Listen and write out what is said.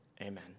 amen